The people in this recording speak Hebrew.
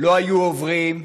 לא היו עוברים,